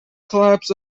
collapse